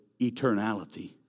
eternality